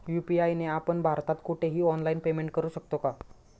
UPI ने आपण भारतात कुठेही ऑनलाईन पेमेंट करु शकतो का?